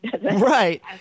Right